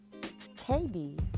KD